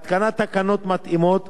והתקנת תקנות מתאימות,